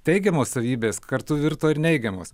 teigiamos savybės kartu virto ir neigiamos